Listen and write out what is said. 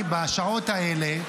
בשעות האלה,